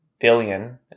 billion